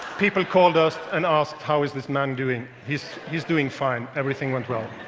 people called us and asked, how is this man doing? he's he's doing fine. everything went well.